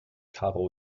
karo